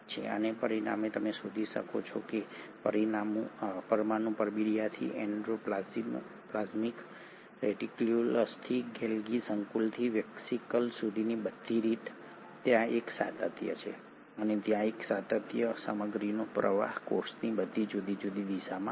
અને પરિણામે તમે જે શોધી કાઢો છો તે પરમાણુ પરબિડીયાથી એન્ડોપ્લાઝમિક રેટિક્યુલમથી ગોલ્ગી સંકુલથી વેસિકલ સુધીની બધી રીતે ત્યાં એક સાતત્ય છે અને ત્યાં એક સાતત્ય છે અને સામગ્રીનો પ્રવાહ કોષની બધી જુદી જુદી દિશાઓમાં થાય છે